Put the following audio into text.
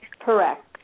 Correct